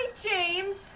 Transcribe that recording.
James